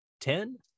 ten